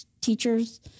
teachers